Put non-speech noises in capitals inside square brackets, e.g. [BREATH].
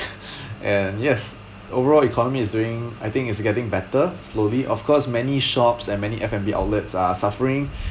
[BREATH] and yes overall economy is doing I think is getting better slowly of course many shops and many F and B outlets are suffering